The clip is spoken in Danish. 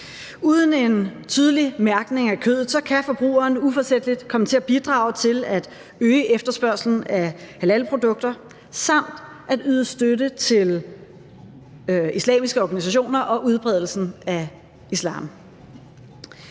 Uden en tydelig mærkning af kød kan forbrugeren uforsætligt komme til at bidrage til at øge efterspørgslen af halalprodukter samt at yde støtte til islamistiske organisationer og udbredelsen af islam.